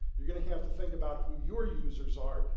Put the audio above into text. you're going to have to think about who your users are.